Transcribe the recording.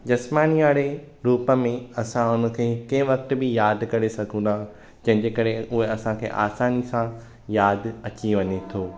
जसमानीअ वारे रूप में असां उनखे कंहिं वक़्तु बि यादि करे सघूं था जंहिंजे करे उहे असांखे असानी सां यादि अची वञे थो